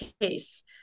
case